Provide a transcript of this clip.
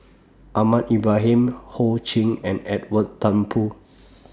Ahmad Ibrahim Ho Ching and Edwin Thumboo